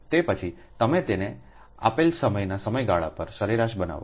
તે પછી તમે તેને આપેલ સમયના સમયગાળા પર સરેરાશ બનાવો